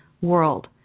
world